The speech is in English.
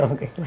Okay